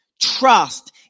trust